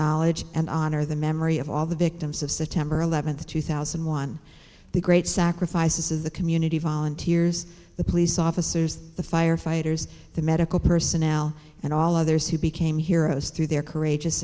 acknowledge and honor the memory of all the victims of september eleventh two thousand and one the great sacrifices of the community volunteers the police officers the firefighters the medical personnel and all others who became heroes through their courageous